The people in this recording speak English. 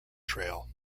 trail